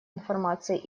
информации